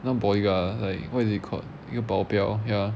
not bodyguard lah like what is it called 一个保镖 ya